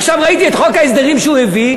עכשיו ראיתי את חוק ההסדרים שהוא הביא,